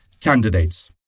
candidates